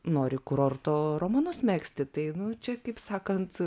nori kurorto romanus megzti tai nu čia kaip sakant